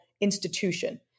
institution